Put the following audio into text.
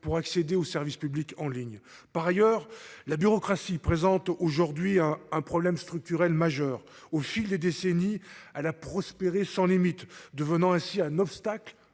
pour accéder aux services publics en ligne. Par ailleurs, la bureaucratie présente aujourd'hui un un problème structurel majeur au fil des décennies à la prospérer sans limite, devenant ainsi un obstacle